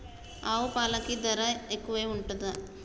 ఆవు పాలకి ధర ఎక్కువే ఉంటదా?